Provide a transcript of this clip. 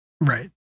Right